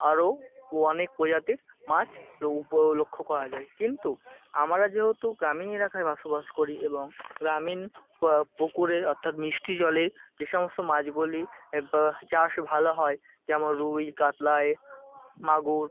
আরও ও অনেক প্রজাতির মাছ উপ লক্ষ্য করা যায় কিন্তু আমরা যেহতু গ্রামীণ এলাকায় বসবাস করি এবং গ্রামীণ পুকুরে অর্থাৎ মিষ্টি জলের যে সমস্ত মাছগুলি এ বা চাষ ভালো হয় যেমন রুই কাতলা এ মাগুর